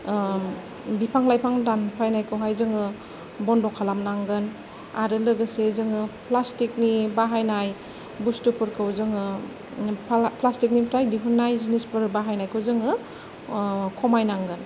बिफां लाइफां दानफायनायखौहाय जोङो बन्द' खालामनांगोन आरो लोगोसे जोङो प्लास्तिक नि बाहायनाय बुस्तुफोरखौ जोङो प्लास्तिक निफ्राय दिहुननाय जिनिसफोर बाहायनायखौ जोङो खमायनांगोन